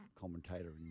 commentator